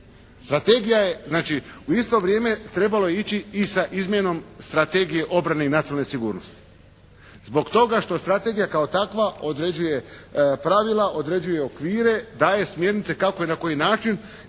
u isto vrijeme trebalo je ići i sa izmjenom strategije obrane i nacionalne sigurnosti zbog toga što strategija kao takva određuje pravila, određuje okvire, daje smjernice kako i na koji način